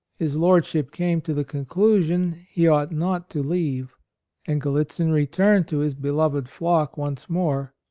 his lordship came to the conclusion he ought not to leave and gallitzin returned to his beloved flock once more,